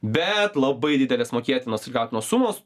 bet labai didelės mokėtinos gautinos sumos